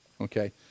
Okay